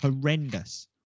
horrendous